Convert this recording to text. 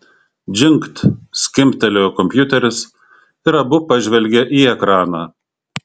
džingt skimbtelėjo kompiuteris ir abu pažvelgė į ekraną